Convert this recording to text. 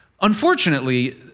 unfortunately